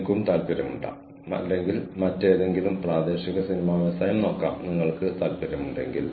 നിങ്ങൾക്കും ഓൺലൈനിൽ എന്തെങ്കിലും പഠിക്കാനുള്ള നിങ്ങളുടെ താൽപ്പര്യത്തിനും നന്ദി